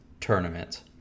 tournament